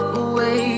away